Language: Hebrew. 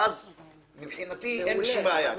ואז מבחינתי אין שום בעיה.